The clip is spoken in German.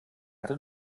hatte